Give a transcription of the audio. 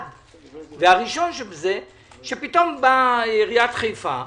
הראשון, שפתאום באה עיריית חיפה ואומרת: